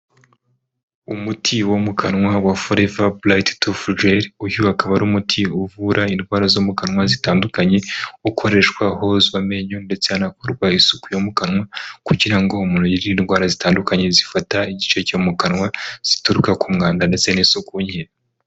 Umuti wo mu kanwa wa forever bright toothgel. Uyu akaba ari umuti uvura indwara zo mu kanwa zitandukanye, ukoreshwa hozwa amenyo ndetse hanakorwa isuku yo mu kanwa kugira ngo umuntu yirinde indwara zitandukanye zifata igice cyo mu kanwa, zituruka ku mwanda ndetse n'isuku nke.